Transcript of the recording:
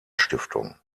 stiftung